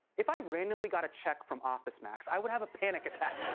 if i randomly got a check from officemax, i would have a panic attack.